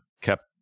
kept